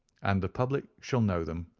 and the public shall know them.